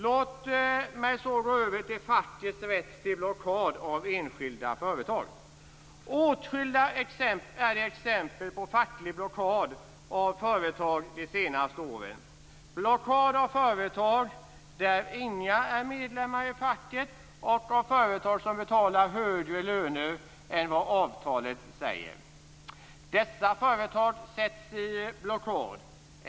Låt mig därefter gå över till fackets rätt till blockad av enskilda företag. Det finns åtskilliga exempel på facklig blockad av företag under de senaste åren, blockad av företag där ingen är medlem i facket och av företag som betalar högre löner än avtalet anger. Dessa företag sätts i blockad.